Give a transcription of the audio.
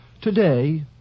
Today